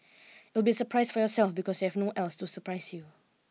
it will be surprise for yourself because you have no else to surprise you